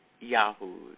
yahoos